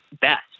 best